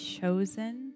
chosen